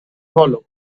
hollow